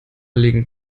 liegen